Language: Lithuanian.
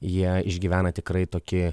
jie išgyvena tikrai tokį